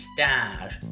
Stars